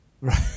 right